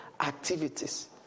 activities